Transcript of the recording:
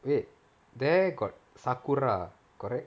wait there got sakura correct